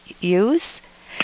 use